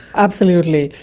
absolutely.